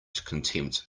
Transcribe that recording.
contempt